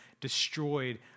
destroyed